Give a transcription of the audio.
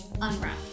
unwrapped